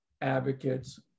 advocates